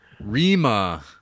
Rima